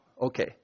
Okay